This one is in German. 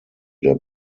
der